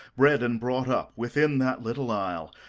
bred and brought up within that little isle,